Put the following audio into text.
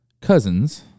cousins